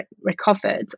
recovered